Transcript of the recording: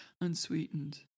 Unsweetened